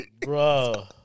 Bro